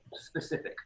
specific